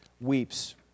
weeps